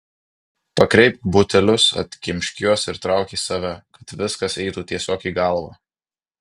pakreipk butelius atkimšk juos ir trauk į save kad viskas eitų tiesiog į galvą